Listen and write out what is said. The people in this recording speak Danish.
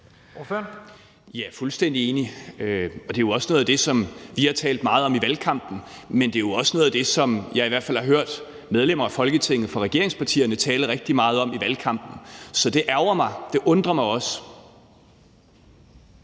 Jeg er fuldstændig enig. Det er jo også noget af det, som vi har talt meget om i valgkampen, men det er også noget af det, som jeg i hvert fald har hørt medlemmer af Folketinget for regeringspartierne tale rigtig meget om i valgkampen. Så det ærgrer mig, og det undrer mig også.